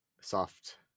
soft